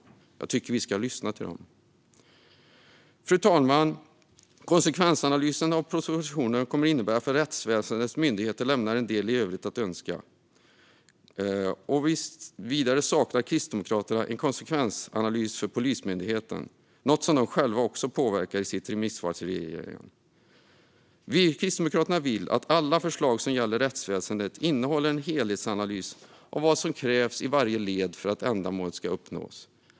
Jag tycker att vi ska lyssna på dem. Fru talman! Konsekvensanalysen av vad propositionen kommer att innebära för rättsväsendets myndigheter lämnar en del övrigt att önska. Vidare saknar Kristdemokraterna en konsekvensanalys för Polismyndigheten, något som de själva också påpekar saknas i sitt remissvar till regeringen. Kristdemokraterna vill att alla förslag som gäller rättsväsendet ska innehålla en helhetsanalys av vad som krävs i varje led för att ändamålen ska uppnås.